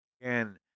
again